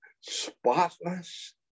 spotless